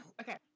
Okay